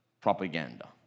propaganda